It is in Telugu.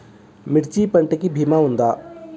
మిర్చి పంటకి భీమా ఉందా?